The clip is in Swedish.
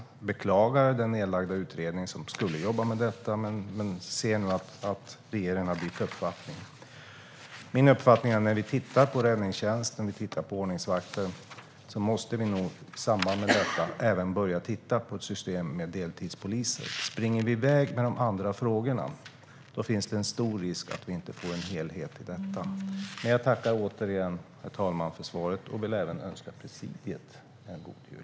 Jag beklagar den nedlagda utredning som skulle jobba med detta, men vi ser nu att regeringen har ändrat uppfattning. När vi tittar på räddningstjänsten och ordningsvakter måste vi i samband med detta se över även ett system med deltidspoliser. Om man hastar i väg med andra frågor finns det en stor risk för att vi inte får en helhet. Herr talman! Jag tackar återigen för svaret, jag vill också önska presidiet god jul.